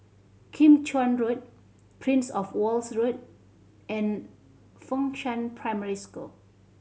Kim Chuan Road Prince Of Wales Road and Fengshan Primary School